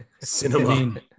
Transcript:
cinema